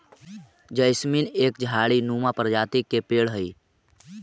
jasmine एक झाड़ी नुमा प्रजाति के पेड़ हई